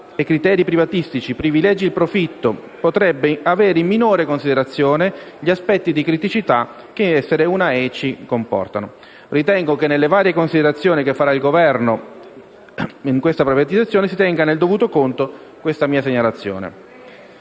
criteri privatistici privilegi il profitto potrebbe avere in minore considerazione gli aspetti di criticità che essere una ECI comporta. Ritengo che nelle varie considerazioni che farà al riguardo il Governo sia necessario tenere nel dovuto conto questa mia segnalazione.